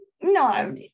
No